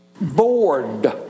bored